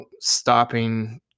stopping